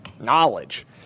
Knowledge